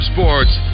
Sports